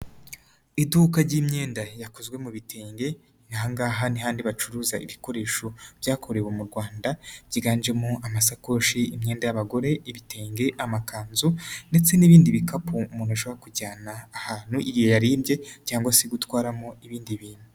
Iduka ry'imyenda yakozwe mu bitenge, angaha ni handi bacuruza ibikoresho byakorewe mu Rwanda, byiganjemo amasakoshi, imyenda y'abagore, ibitenge, amakanzu ndetse n'ibindi bikapu umuntu ashobora kujyana ahantu igihe yarimbye cyangwa se gutwaramo ibindi bintu.